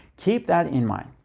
keep that in mind.